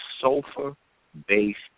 sulfur-based